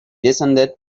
descended